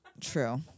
True